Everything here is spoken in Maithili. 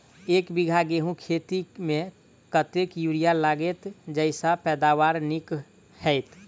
एक बीघा गेंहूँ खेती मे कतेक यूरिया लागतै जयसँ पैदावार नीक हेतइ?